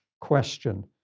question